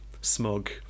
smug